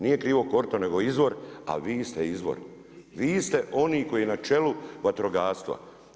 Nije krivo korito nego izvor a vi ste izvor, vi ste oni koji na čelu vatrogastva.